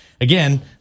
again